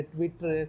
Twitter